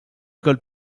école